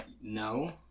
no